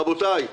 רבותי,